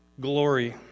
glory